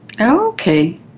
okay